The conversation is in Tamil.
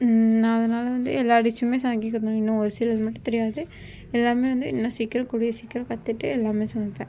நான் அதனால் வந்து எல்லா டிஷ்ஷும் சமைக்க கற்றுக்கிட்டேன் இன்னும் ஒரு சிலது மட்டும் தெரியாது எல்லாம் வந்து இன்னும் சீக்கிரம் கூடிய சீக்கிரம் கத்துகிட்டு எல்லாம் சமைப்பேன்